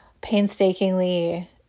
painstakingly